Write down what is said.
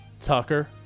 Tucker